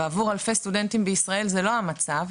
עבור אלפי סטודנטים בישראל זה לא המצב,